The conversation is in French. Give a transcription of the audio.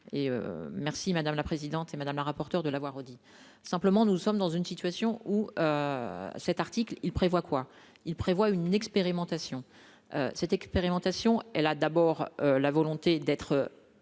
merci madame la présidente, madame la rapporteure de l'avoir redit simplement, nous sommes dans une situation où. Cet article il prévoit quoi, il prévoit une expérimentation cette expérimentation, elle a d'abord la volonté d'être